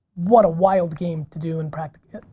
what a wild game to do in practice,